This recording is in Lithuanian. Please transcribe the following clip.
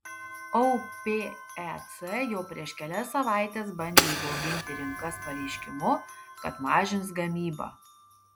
opec jau prieš kelias savaites bandė įbauginti rinkas pareiškimu kad mažins gamybą